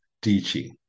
teaching